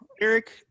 Eric